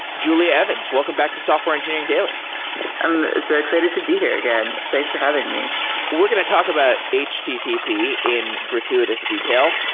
julia evans, welcome back to software engineering daily so excited to be here again. thanks for having me we're going to talk about http in gratuitous detail,